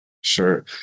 Sure